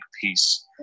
peace